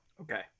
Okay